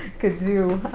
could do.